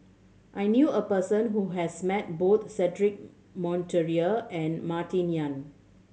I knew a person who has met both Cedric Monteiro and Martin Yan